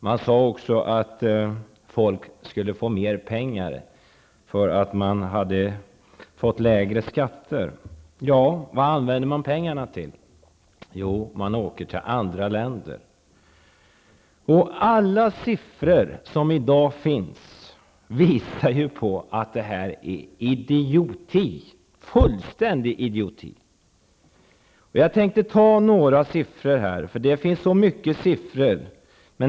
Man sade också att folk skulle få mer pengar, eftersom skatterna hade blivit lägre. Vad använder då människor pengarna till? Jo, de åker till andra länder. Alla siffror som i dag finns visar på att detta är fullständig idioti. Jag tänkte här redovisa några siffror, eftersom det finns så mycket siffror.